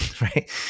right